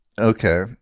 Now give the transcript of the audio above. Okay